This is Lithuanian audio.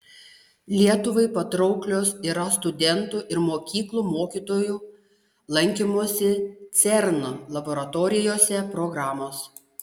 lietuvai patrauklios yra studentų ir mokyklų mokytojų lankymosi cern laboratorijose programos